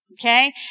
Okay